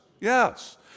yes